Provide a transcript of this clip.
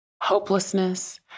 hopelessness